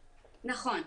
נכון.